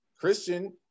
Christian